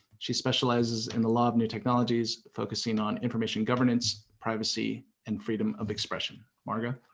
she specializes in the law of new technologies, focusing on information governance, privacy, and freedom of expression, margot.